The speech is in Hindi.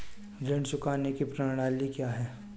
ऋण चुकाने की प्रणाली क्या है?